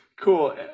cool